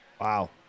Wow